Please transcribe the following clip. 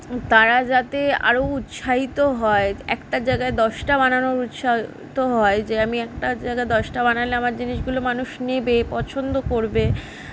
তারা যাতে আরো উৎসাহিত হয় একটার জায়গায় দশটা বানানোর উৎসাহিত হয় যে আমি একটার জায়গা দশটা বানালে আমার জিনিসগুলো মানুষ নেবে পছন্দ করবে